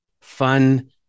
fun